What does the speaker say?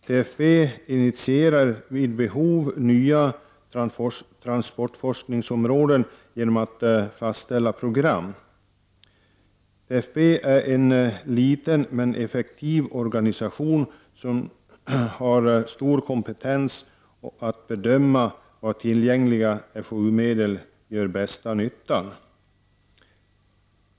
TFB initierar vid behov nya forskningsområden genom att fastställa program. TFB är en liten men effektiv organisation, som har stor kompetens att bedöma var tillgängliga FOU-medel gör bäst nytta.